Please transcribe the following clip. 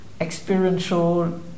experiential